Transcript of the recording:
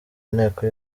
inteko